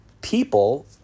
people